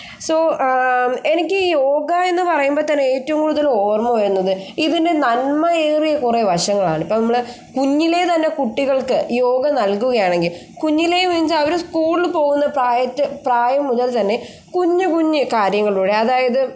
so എനിക്ക് ഈ യോഗ എന്ന് പറയുമ്പത്തേനും ഏറ്റവും കൂടുതൽ ഓർമ്മവരുന്നത് ഇതിൻ്റെ നന്മയേറിയ കുറേ വശങ്ങളാണ് ഇപ്പം നമ്മൾ കുഞ്ഞിലേ തന്നെ കുട്ടികൾക്ക് യോഗ നൽകുകയാണെങ്കിൽ കുഞ്ഞിലേ എന്ന് വച്ചാൽ അവർ സ്കൂളിൽ പോകുന്ന പ്രായം മുതൽ തന്നെ കുഞ്ഞ് കുഞ്ഞ് കാര്യങ്ങളോട് അതായത്